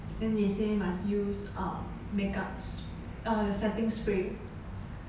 then they say must use um makeup s~ err the setting spray